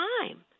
time